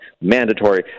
mandatory